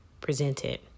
presented